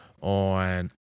on